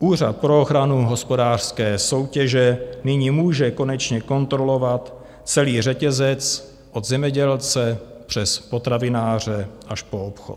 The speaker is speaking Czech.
Úřad pro ochranu hospodářské soutěže nyní může konečně kontrolovat celý řetězec od zemědělce přes potravináře až po obchod.